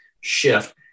shift